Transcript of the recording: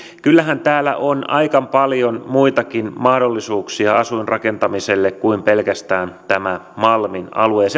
kyllähän täällä on aika paljon muitakin mahdollisuuksia asuinrakentamiselle kuin pelkästään tämä malmin alue